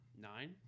Nine